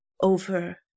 Over